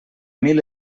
mil